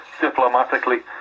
diplomatically